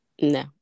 No